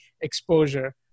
exposure